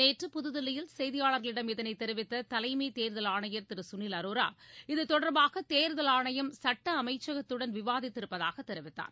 நேற்று புதுதில்லியில் செய்தியாளர்களிடம் இதனை தெரிவித்த தலைமைத் தேர்தல் ஆணையர் திரு சுனில் அரோரா இதுதொடர்பாக தேர்தல் ஆணையம் சட்ட அமைச்சகத்துடன் விவாதித்திருப்பதாக தெரிவித்தார்